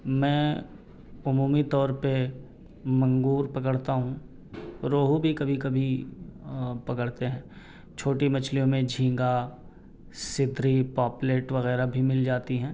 میں عمومی طور پہ منگور پکڑتا ہوں روہو بھی کبھی کبھی پکڑتے ہیں چھوٹی مچھلیوں میں جھینگا سکری پاپلیٹ وغیرہ بھی مل جاتی ہیں